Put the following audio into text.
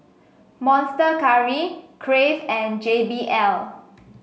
Monster Curry Crave and J B L